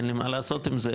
אין לי מה לעשות עם זה ,